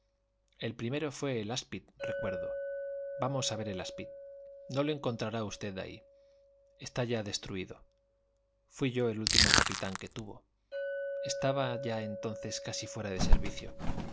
el primero fué el aspid recuerdo vamos i ver el aspid no lo encontrará usted ahí está ya destruído fuí yo el último capitán que tuvo estaba ya entonces casi fuera de servicio